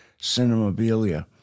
Cinemabilia